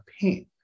pain